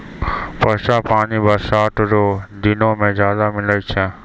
वर्षा पानी बरसात रो दिनो मे ज्यादा मिलै छै